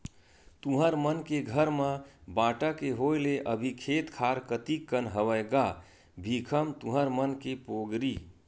तुँहर मन के घर म बांटा के होय ले अभी खेत खार कतिक कन हवय गा भीखम तुँहर मन के पोगरी?